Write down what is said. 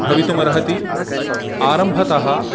भवितुमर्हति आरम्भतः